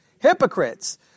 hypocrites